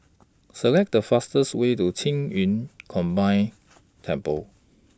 Select The fastest Way to Qing Yun Combined Temple